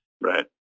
Right